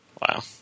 Wow